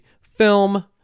film